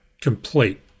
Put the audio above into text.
complete